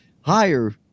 higher